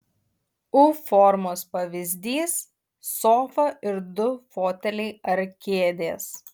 u formos pavyzdys sofa ir du foteliai ar kėdės